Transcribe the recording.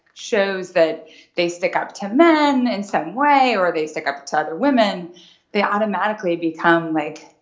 shows that they stick up to men in some way or they stick up to other women they automatically become, like,